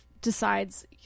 decides